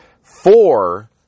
four